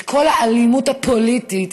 את כל האלימות הפוליטית,